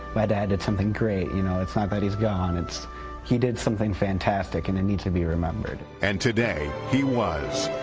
my dad did something great, you know. it's not that he's gone, it's he did something fantastic and it needs to be remembered. reporter and today he was.